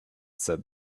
said